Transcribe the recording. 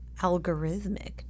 algorithmic